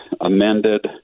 amended